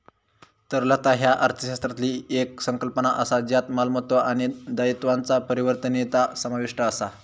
तरलता ह्या अर्थशास्त्रातली येक संकल्पना असा ज्यात मालमत्तो आणि दायित्वांचा परिवर्तनीयता समाविष्ट असा